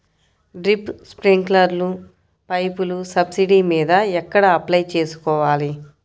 Drip, స్ప్రింకర్లు పైపులు subsidy మీద ఎక్కడ అప్లై చేసుకోవాలి?